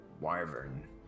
wyvern